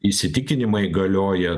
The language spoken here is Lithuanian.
įsitikinimai galioja